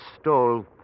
stole